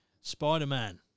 Spider-Man